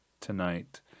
tonight